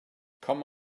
come